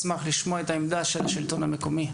נשמח לשמוע את העמדה של מרכז השלטון המקומי.